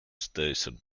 station